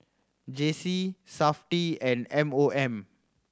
J C Safti and M O M